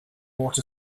bought